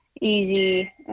easy